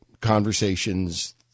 conversations